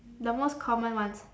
the most common ones